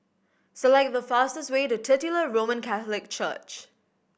select the fastest way to Titular Roman Catholic Church